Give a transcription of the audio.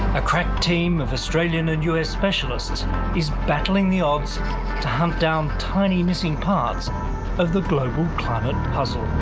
a crack team of australian and us specialists is battling the odds to hunt down tiny missing parts of the global climate puzzle.